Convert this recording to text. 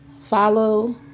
Follow